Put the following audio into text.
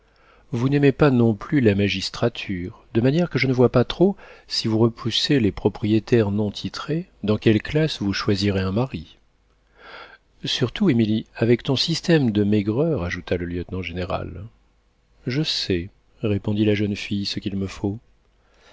vous n'aimez pas non plus la magistrature de manière que je ne vois pas trop si vous repoussez les propriétaires non titrés dans quelle classe vous choisirez un mari surtout emilie avec ton système de maigreur ajouta le lieutenant-général je sais répondit la jeune fille ce qu'il me faut